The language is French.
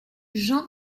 jean